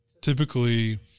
typically